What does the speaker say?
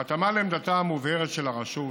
בהתאמה לעמדתה המובהרת של הרשות,